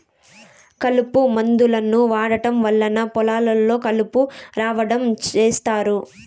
కలుపు మందులను వాడటం వల్ల పొలాల్లో కలుపు రాకుండా చేత్తారు